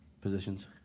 positions